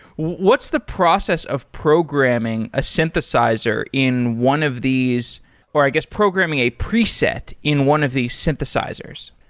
what's the process of programming a synthesizer in one of these or, i guess programming a preset in one of these synthesizers?